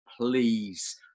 please